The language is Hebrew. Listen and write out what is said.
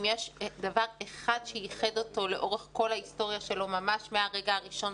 אם יש דבר אחד שאיחד אותו לאורך כל ההיסטוריה שלו ממש מהרגע הראשון,